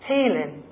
Healing